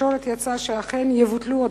בתקשורת יצא שאכן יבוטלו הדוחות,